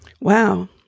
Wow